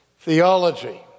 theology